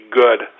good